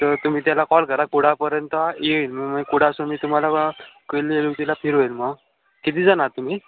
तर तुम्ही त्याला कॉल करा कुडापर्यंत येईल मग मी कुडासून मी तुम्हाला किल्ली तिला फिरवेल मग किती जण आहात तुम्ही